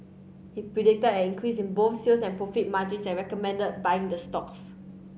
he predicted an increase in both sales and profit margins and recommended buying the stocks